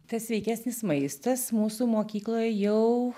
tai sveikesnis maistas mūsų mokykloje jau